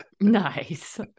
Nice